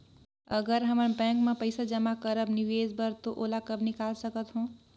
अगर हमन बैंक म पइसा जमा करब निवेश बर तो ओला कब निकाल सकत हो?